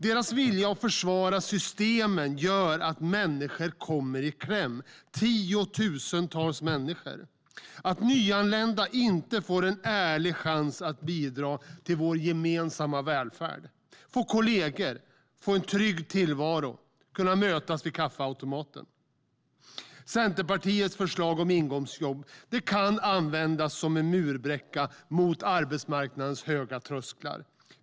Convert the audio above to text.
Deras vilja att försvara systemen gör att människor kommer i kläm. Det handlar om tiotusentals människor. Nyanlända får inte en ärlig chans att bidra till vår gemensamma välfärd, att få kollegor, få en trygg tillvaro och kunna mötas vid kaffeautomaten. Centerpartiets förslag om ingångsjobb kan användas som en murbräcka mot arbetsmarknadens höga trösklar.